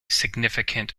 significant